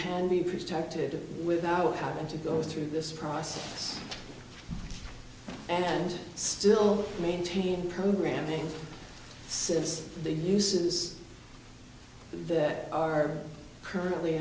can be protected without having to go through this process and still maintain programming since the uses that are currently